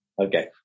Okay